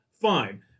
fine